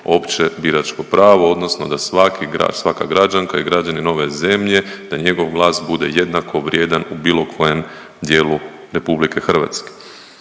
opće biračko pravo odnosno da svaki grad, svaka građanka i građanin ove zemlje da njegov glas bude jednako vrijedan u bilo kojem dijelu RH.